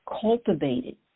cultivated